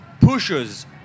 pushes